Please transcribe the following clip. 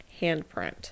handprint